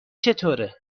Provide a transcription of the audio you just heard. چطوره